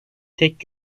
tek